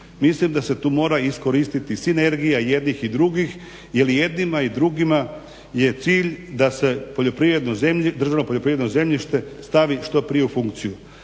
Mislim da se tu mora iskoristiti sinergija jednih i drugih jer i jednima i drugima je cilj da se državno poljoprivredno zemljište stavi što prije u funkciju.